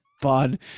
fun